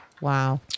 Wow